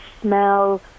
smell